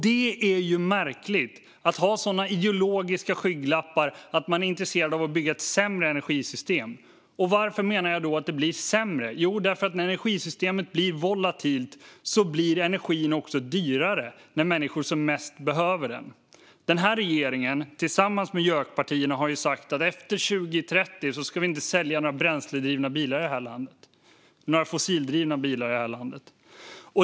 Det är märkligt att man har sådana ideologiska skygglappar att man är intresserad av att bygga ett sämre energisystem. Och varför menar jag då att det blir sämre? Jo, därför att när energisystemet blir volatilt blir också energin dyrare när människor behöver den som mest. Den här regeringen har tillsammans med JÖK-partierna sagt att vi efter 2030 inte ska sälja några fossildrivna bilar i det här landet.